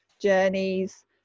journeys